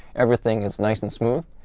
everything is nice and smooth.